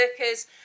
workers